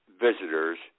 visitors